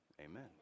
amen